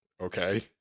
Okay